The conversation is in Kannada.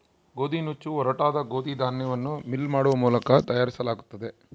ಗೋದಿನುಚ್ಚು ಒರಟಾದ ಗೋದಿ ಧಾನ್ಯವನ್ನು ಮಿಲ್ ಮಾಡುವ ಮೂಲಕ ತಯಾರಿಸಲಾಗುತ್ತದೆ